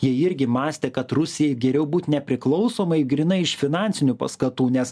jie irgi mąstė kad rusijai geriau būt nepriklausomai grynai iš finansinių paskatų nes